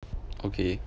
okay